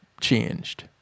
changed